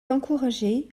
encouragée